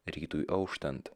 rytui auštant